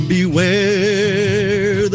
Beware